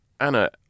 Anna